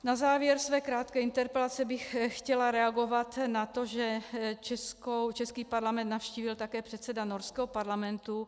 Na závěr své krátké interpelace bych chtěla reagovat na to, že český parlament navštívil také předseda norského parlamentu.